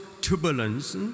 turbulence